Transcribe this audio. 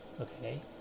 okay